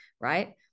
right